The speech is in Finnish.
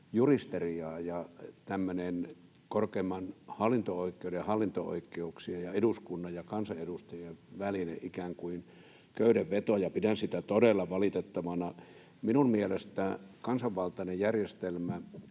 juristeriaa ja tämmöinen korkeimman hallinto-oikeuden ja hallinto-oikeuksien ja eduskunnan ja kansanedustajien välinen ikään kuin köydenveto, ja pidän sitä todella valitettavana. Minun mielestäni kansanvaltainen järjestelmä